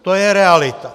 To je realita.